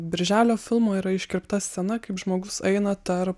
birželio filmo yra iškirpta scena kaip žmogus eina tarp